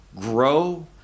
grow